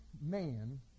man